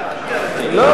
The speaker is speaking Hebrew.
אולי גם אתה תגיע לזה מוקדם.